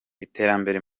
iterambere